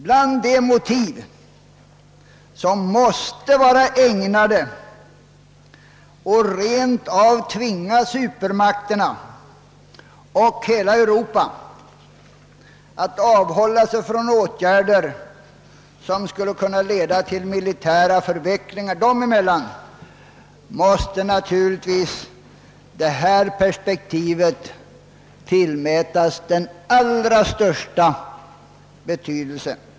Bland de motiv som bör vara ägnade att rent av tvinga supermakterna och hela Europa att avhålla sig från åtgärder, som skulle kunna leda till militära förvecklingar dem emellan, måste naturligtvis detta perspektiv tillmätas den allra största betydelse.